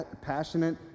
passionate